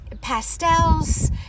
pastels